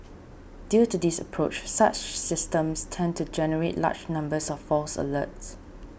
due to this approach such systems tend to generate large numbers of false alerts